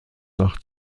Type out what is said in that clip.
nach